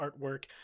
artwork